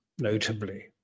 notably